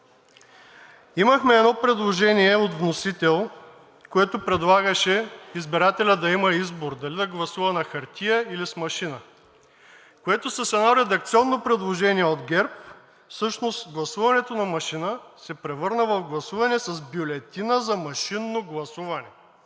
Имахме едно предложение от вносител, което предлагаше избирателят да има избор дали да гласува на хартия, или с машина, което с едно редакционно предложение от ГЕРБ гласуването на машина се превърна в гласуване с бюлетина за машинно гласуване. Тоест